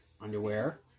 underwear